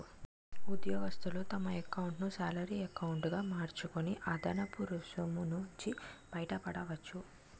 ఉద్యోగస్తులు తమ ఎకౌంటును శాలరీ ఎకౌంటు గా మార్చుకొని అదనపు రుసుము నుంచి బయటపడవచ్చు